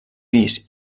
pis